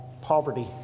poverty